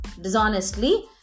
dishonestly